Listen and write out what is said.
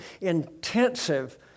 Intensive